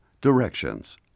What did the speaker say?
Directions